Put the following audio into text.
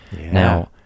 Now